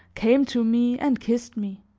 came to me, and kissed me.